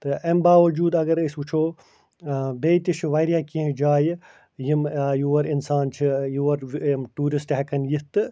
تہٕ اَمہِ باوجوٗد اگر أسۍ وُچھو آ بیٚیہِ تہِ چھِ وارِیاہ کیٚنٛہہ جایہِ یِم یور اِنسان چھِ یور یِم ٹیٛوٗرسٹہٕ ہٮ۪کن یِتھ تہٕ